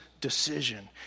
decision